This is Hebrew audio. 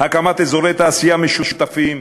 הקמת אזורי תעשייה משותפים,